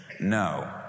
No